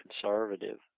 conservative